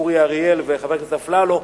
אורי אריאל וחבר הכנסת אפללו,